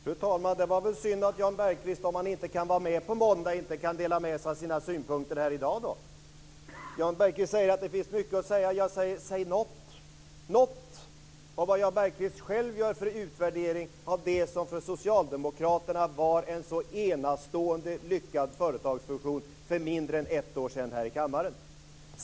Fru talman! Det var väl synd att Jan Bergqvist inte kan dela med sig av sina synpunkter här i dag, om han nu inte kan vara med på måndag! Jan Bergqvist säger att det finns mycket att säga. Ja, säg något! Säg något om vad Jan Bergqvist själv gör för utvärdering av det som för Socialdemokraterna var en sådan enastående lyckad företagsfusion för mindre än ett år sedan här i kammaren!